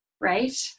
right